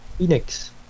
Phoenix